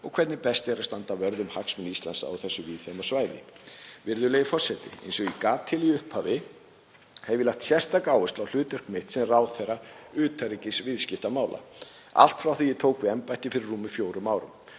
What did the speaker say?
og hvernig best er að standa vörð um hagsmuni Íslands á þessu víðfeðma svæði. Virðulegi forseti. Eins og ég gat um í upphafi hef ég lagt sérstaka áherslu á hlutverk mitt sem ráðherra utanríkisviðskiptamála allt frá því að ég tók við embætti fyrir rúmum fjórum árum.